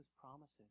promises